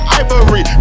ivory